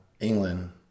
England